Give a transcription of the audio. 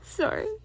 Sorry